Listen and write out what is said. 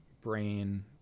brain